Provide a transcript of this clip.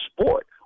sport